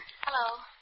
Hello